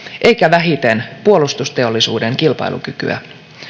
emmekä vähiten puolustus teollisuuden kilpailukykyä